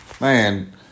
man